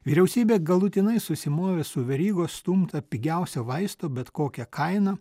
vyriausybė galutinai susimovė su verygos stumta pigiausio vaisto bet kokia kaina